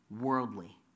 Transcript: worldly